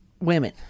Women